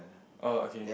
oh okay